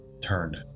Turned